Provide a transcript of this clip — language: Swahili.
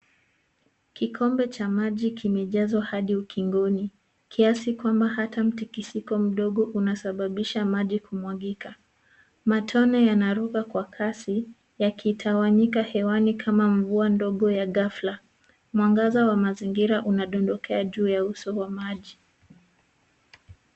Kikombe cha maji kimejazwa hadi ukingoni. Kiasi kwamba hata mtikisiko mdogo unasababisha maji kumwagika. Matone yanaruka kwa kasi, yakitawanyika hewani kama mvua ndogo ya ghafla. Mwangaza wa mazingira unadondokea juu ya uso wa maji.